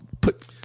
put